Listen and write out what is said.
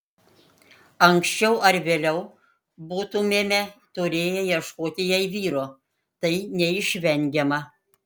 anksčiau ar vėliau būtumėme turėję ieškoti jai vyro tai neišvengiama